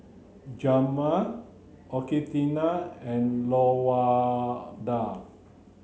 Jemal Augustina and Lawanda